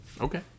okay